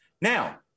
now